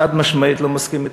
חד-משמעית לא מסכים אתך.